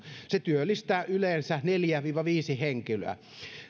se työllistää yleensä neljä viiva viisi henkilöä